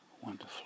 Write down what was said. Wonderful